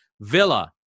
Villa